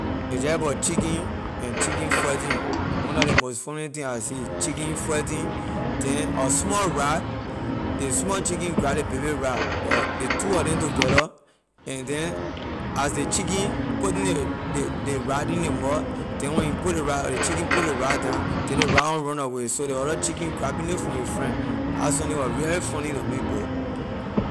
A jeh about chicken and chicken fighting one of ley most fuuny thing I see chicken fighting then a small rat ley small chicken grap ley baby rat but ley tow wor neh together and then as ley chicken putting ley ley ley rat in ley mouth then when he put ley rat when ley chicken put ley rat down then ley rat want runaway so ley other chicken graping it from a friend la sunni was really funny to me bro.